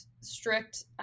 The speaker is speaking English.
strict